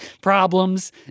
problems